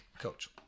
coach